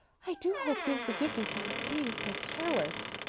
i do hope you'll forgive me for being so careless.